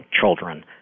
children